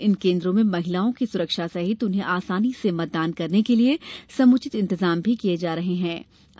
इन केंद्रों में महिलाओं की सुरक्षा सहित उन्हें आसानी से मतदान करने के लिए समुचित इंतजाम किए जाएंगे